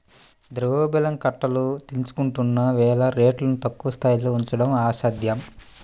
ద్రవ్యోల్బణం కట్టలు తెంచుకుంటున్న వేళ రేట్లను తక్కువ స్థాయిలో ఉంచడం అసాధ్యం